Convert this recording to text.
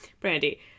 brandy